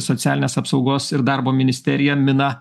socialinės apsaugos ir darbo ministerija mina